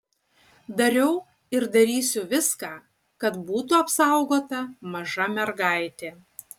dariau ir darysiu viską kad būtų apsaugota maža mergaitė